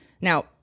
Now